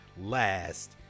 last